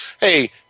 Hey